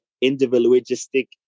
individualistic